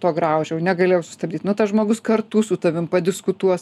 to graužiau negalėjau sustabdyt nu tas žmogus kartu su tavim padiskutuos